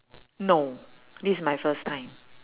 no this is my first time